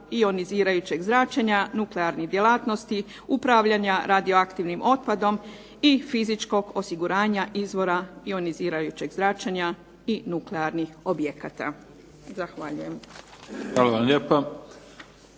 ionizirajućeg zračenja nuklearnih djelatnosti upravljanja radioaktivnim otpadom i fizičkog osiguranja izvora ionizirajućeg zračenja i nuklearnih objekata. Zahvaljujem. **Mimica,